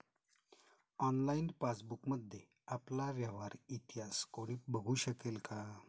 Online पासबुकमध्ये आपला व्यवहार इतिहास कोणी बघु शकेल का?